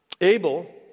Abel